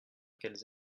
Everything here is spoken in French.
qu’elles